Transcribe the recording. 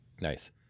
Nice